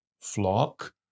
flock